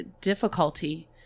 difficulty